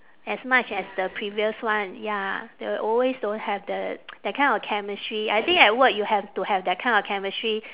as much as the previous one ya they always don't have that that kind of chemistry I think at work you have to have that kind of chemistry